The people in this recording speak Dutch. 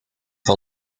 van